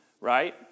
right